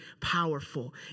powerful